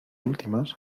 últimas